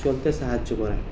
চলতে সাহায্য করে